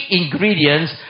ingredients